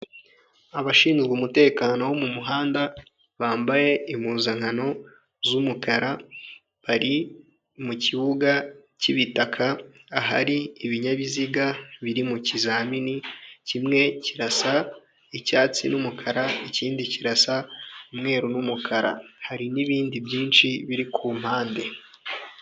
Abashinzwe umutekano wo mu muhanda bambaye impuzankano z'umukara bari mu kibuga cy'ibitaka ahari ibinyabiziga biri mu kizamini. Kimwe kirasa icyatsi n'umukara ikindi kirasa umweru n'umukara, hari n'ibindi byinshi biri ku mpande.